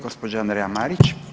Gđa. Andreja Marić.